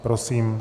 Prosím.